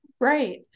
Right